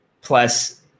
plus